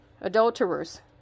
adulterers